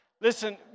listen